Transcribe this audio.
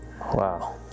Wow